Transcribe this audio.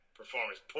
performance